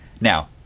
now